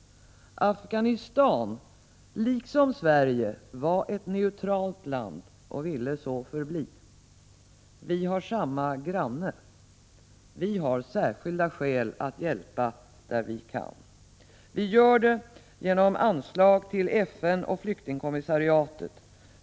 Afghanistan, liksom Sverige, var ett neutralt land och ville så förbli. Vi har samma granne. Vi har särskilda skäl att hjälpa där vi kan. Vi gör det genom anslag till FN och flyktingkommissariatet.